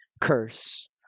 curse